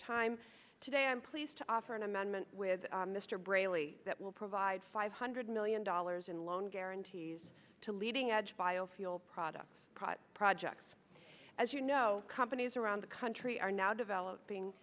time today i'm pleased to offer an amendment with mr brayley that will provide five hundred million dollars in loan guarantees to leading edge biofuel products prot projects as you know companies around the country are now developing